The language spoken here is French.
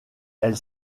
elle